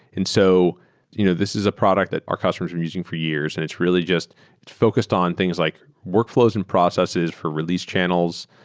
and so you know this is a product that our customers are using for years and it's really just focused on things like workfl ows and processes for release channels,